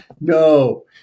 no